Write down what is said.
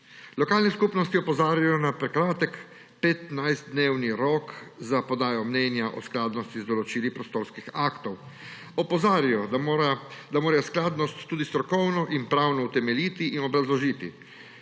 Lokalne skupnosti opozarjajo na prekratek 15-dnevni rok za podajo mnenja o skladnosti z določili prostorskih aktov. Opozarjajo, da morajo skladnost tudi strokovno in pravno utemeljiti in obrazložiti.